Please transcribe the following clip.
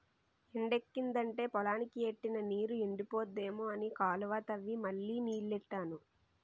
ఎండెక్కిదంటే పొలానికి ఎట్టిన నీరు ఎండిపోద్దేమో అని కాలువ తవ్వి మళ్ళీ నీల్లెట్టాను